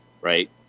right